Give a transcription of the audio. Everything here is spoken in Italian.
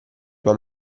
tua